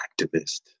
activist